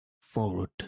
Forward